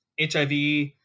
HIV